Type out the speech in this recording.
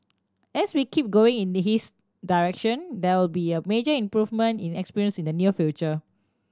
as we keep going in the his direction there will be a major improvement in experience in the near future